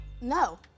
No